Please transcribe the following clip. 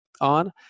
on